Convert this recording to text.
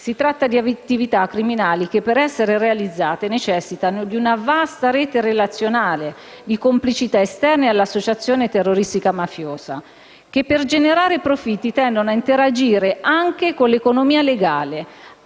Si tratta di attività criminali che, per essere realizzate, necessitano di una vasta rete relazionale di complicità esterne alla associazione terroristico-mafiosa, che, per generare profitti, tendono a interagire anche con l'economia legale